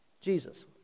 Jesus